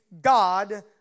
God